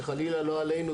שחלילה לא עלינו,